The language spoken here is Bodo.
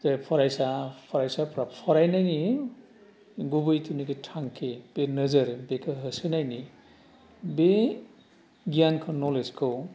जाय फरायसा फरायसाफ्रा फरायनायनि गुबै जिनाखि थांखि बे नोजोर बेखौ होसोनायनि बे गियानखौ नलेजखौ